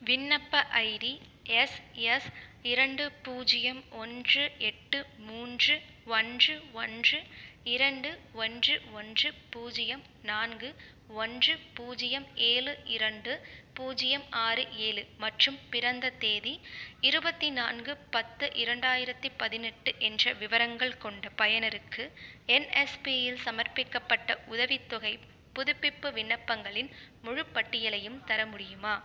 விண்ணப்ப ID S S இரண்டு பூஜ்ஜியம் ஒன்று எட்டு மூன்று ஒன்று ஒன்று இரண்டு ஒன்று ஒன்று பூஜ்ஜியம் நான்கு ஒன்று பூஜ்ஜியம் ஏழு இரண்டு பூஜ்ஜியம் ஆறு ஏழு மற்றும் பிறந்த தேதி இருபத்தி நான்கு பத்து இரண்டாயிரத்தி பதினெட்டு என்ற விவரங்கள் கொண்ட பயனருக்கு என்எஸ்பியில் சமர்ப்பிக்கப்பட்ட உதவித்தொகைப் புதுப்பிப்பு விண்ணப்பங்களின் முழுப்பட்டியலையும் தர முடியுமா